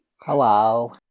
Hello